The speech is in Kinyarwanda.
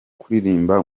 kuririmba